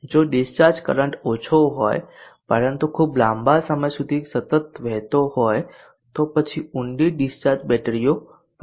જો discharge current ઓછો હોય પરંતુ ખૂબ લાંબા સમય સુધી સતત રહેતો હોય તો પછી ઊંડી ડીસ્ચાર્જ બેટરીઓ પર જાઓ